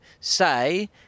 say